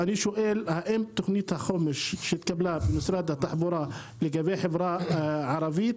אני שואל האם תוכנית החומש שהתקבלה במשרד התחבורה לגבי החברה הערבית,